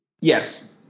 yes